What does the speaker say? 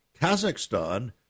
Kazakhstan